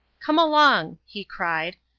come along, he cried.